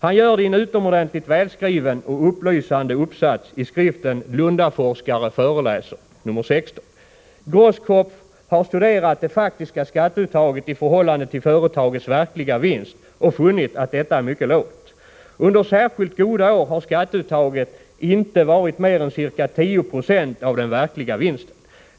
Han gör det i en utomordentligt välskriven och upplysande uppsats i skriften Lundaforskare föreläser, nr 16. Grosskopf har studerat det faktiska skatteuttaget i förhållande till företagets ”verkliga vinst” och funnit att detta är mycket lågt. Under särskilt goda år har skatteuttaget inte varit mer än ca 10 90 av den verkliga vinsten.